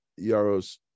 Yaros